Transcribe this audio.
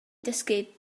dysgu